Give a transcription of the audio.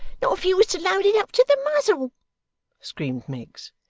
not if you was to load it up to the muzzle screamed miggs.